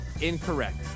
Incorrect